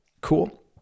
cool